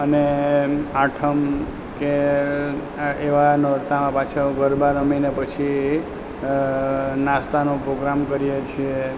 અને આઠમ કે એવાં નોરતામાં પાછા ગરબા રમીને પછી નાસ્તાનો પ્રોગ્રામ કરીએ છીએ